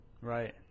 Right